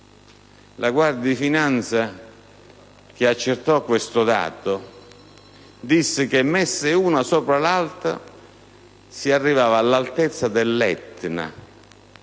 La Guardia di finanza, che accertò questo dato, disse che, messe una sopra l'altra, si arrivava all'altezza dell'Etna.